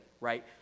right